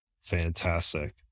Fantastic